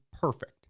perfect